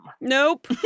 Nope